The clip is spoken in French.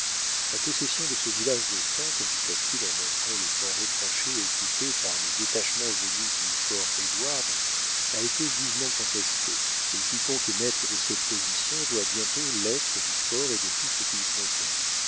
la possession de ce village de tentes ajouta-t-il en montrant le camp retranché occupé par le détachement venu du fort édouard a été vivement contestée et quiconque est maître de cette position doit bientôt l'être du fort et de tout ce qu'il contient